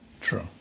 True